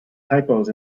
typos